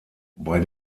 bei